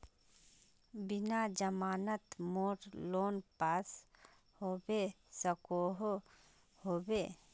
बिना जमानत मोर लोन पास होबे सकोहो होबे?